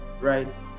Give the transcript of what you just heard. right